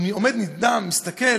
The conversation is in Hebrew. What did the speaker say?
הוא עומד נדהם, מסתכל,